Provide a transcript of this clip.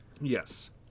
yes